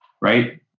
right